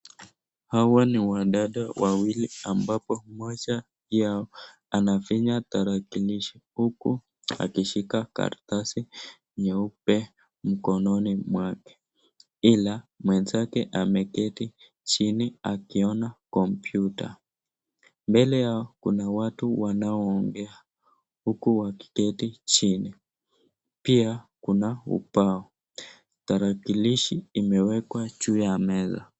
Hawa ni wanadada wawili ambapo moja yao anafinya tarakilishi huku akishika karatasi nyeupe mkononi mwake ila mwenzake ameketi chini akiona kompyuta. Mbele yao kuna watu wanaoongea huku wakiketi chini pia kuna ubao tarakilishi imewekwa juu ya meza.